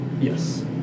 Yes